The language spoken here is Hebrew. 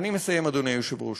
אני מסיים, אדוני היושב-ראש,